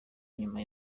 nyuma